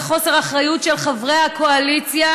בחוסר אחריות של חברי הקואליציה,